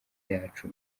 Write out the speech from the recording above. yacu